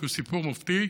כי הוא סיפור מופתי,